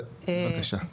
בבקשה.